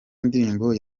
ndirimbo